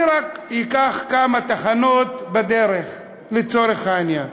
אני רק אקח כמה תחנות בדרך לצורך העניין.